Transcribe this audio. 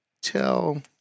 Tell